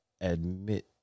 admit